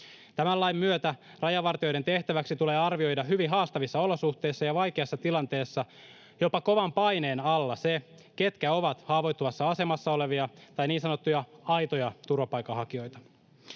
Tämän lain myötä rajavartijoiden tehtäväksi tulee arvioida hyvin haastavissa olosuhteissa ja vaikeassa tilanteessa, jopa kovan paineen alla se, ketkä ovat haavoittuvassa asemassa olevia tai niin sanottuja aitoja turvapaikanhakijoita.